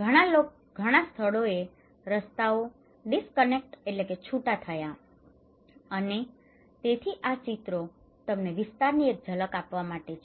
ઘણાં સ્થળોએ રસ્તાઓ ડિસ્કનેક્ટ disconnected છૂટું થયાં છે અને તેથી આ ચિત્રો તમને વિસ્તારની એક ઝલક આપવા માટે છે